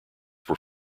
were